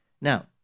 Now